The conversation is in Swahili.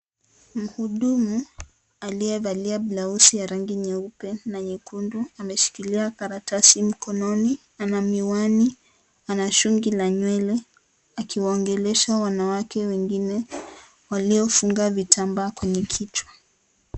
Mhudumu aliyevalia blause ya rangi ya nyeupe na nyekundu ameshikilia karatasi mkononi, ana miwani, ana shungi la Nywele akiwaongelesha wanawake wengine waliofunga vitambaa kwenye kichwa.